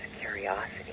curiosity